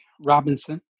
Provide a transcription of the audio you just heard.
Robinson